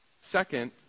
Second